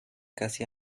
casi